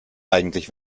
eigentlich